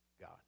God